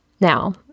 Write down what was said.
Now